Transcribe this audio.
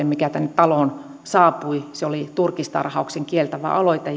mikä tänne taloon saapui se oli turkistarhauksen kieltävä aloite